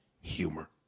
humor